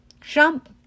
Jump